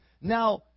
Now